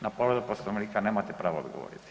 Na povredu Poslovnika nemate pravo odgovoriti.